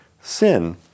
sin